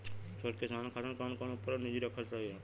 छोट किसानन खातिन कवन कवन उपकरण निजी रखल सही ह?